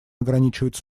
ограничивать